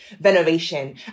veneration